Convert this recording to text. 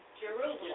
Jerusalem